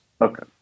Okay